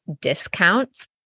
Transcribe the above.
discounts